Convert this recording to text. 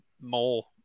more